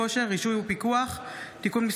מכשירי החייאה במקומות ציבוריים (תיקון,